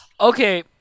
Okay